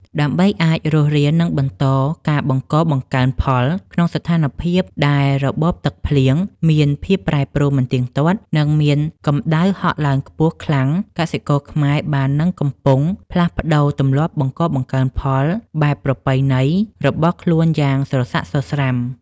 ដើម្បីអាចរស់រាន និងបន្តការបង្កបង្កើនផលក្នុងស្ថានភាពដែលរបបទឹកភ្លៀងមានភាពប្រែប្រួលមិនទៀងទាត់ និងមានកម្ដៅហក់ឡើងខ្ពស់ខ្លាំង កសិករខ្មែរបាននិងកំពុងផ្លាស់ប្តូរទម្លាប់បង្កបង្កើនផលបែបប្រពៃណីរបស់ខ្លួនយ៉ាងសស្រាក់សស្រាំ។